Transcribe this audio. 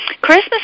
Christmas